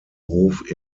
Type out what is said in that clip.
hof